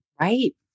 Right